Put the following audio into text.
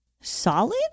solid